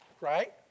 Right